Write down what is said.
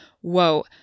whoa